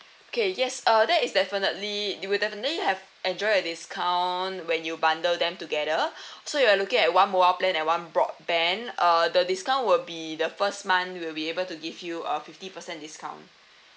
okay yes uh there is definitely you will definitely have enjoy a discount when you bundle them together so you're looking at one mobile plan and one broadband uh the discount will be the first month we'll be able to give you a fifty per cent discount